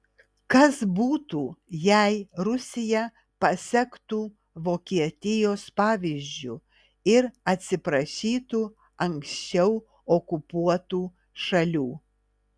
kas būtų jei rusija pasektų vokietijos pavyzdžiu ir atsiprašytų anksčiau okupuotų šalių